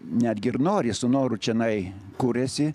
netgi ir nori su noru čionai kuriasi